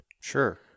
Sure